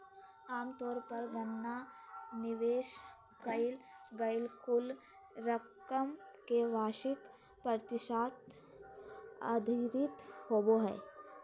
आमतौर पर गणना निवेश कइल गेल कुल रकम के वार्षिक प्रतिशत आधारित होबो हइ